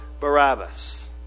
Barabbas